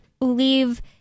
leave